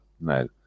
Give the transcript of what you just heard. no